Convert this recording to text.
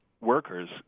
workers